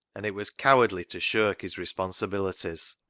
and it was cowardly to shirk his responsibilities.